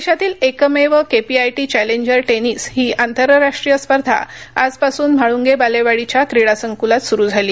देशातील एकमेव KPIT challenger tennis ही आंतरराष्ट्रीय स्पर्धा आजपासून म्हाळुंगे बालेवाडीच्या क्रीडा संकुलात सुरू झाली